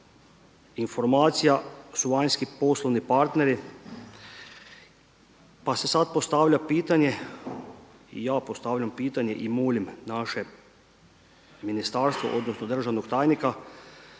informacija su vanjski poslovni partneri pa se sad postavlja pitanje i ja postavljam pitanje i molim naše ministarstvo, odnosno državnog tajnika